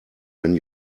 when